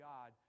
God